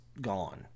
gone